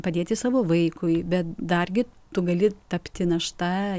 padėti savo vaikui bet dargi tu gali tapti našta